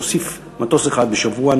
להוסיף מטוס אחד בשבוע,